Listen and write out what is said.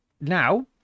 now